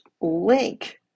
link